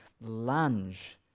lunge